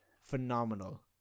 phenomenal